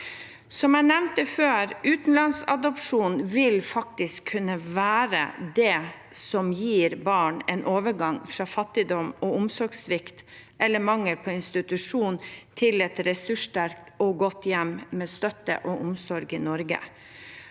Som jeg nevnte før: Utenlandsadopsjon vil kunne være det som gir barn en overgang fra fattigdom og omsorgssvikt eller -mangel på institusjon, til et ressurssterkt og godt hjem med støtte og omsorg i Norge.